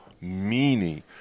meaning